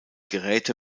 geräte